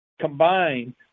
combined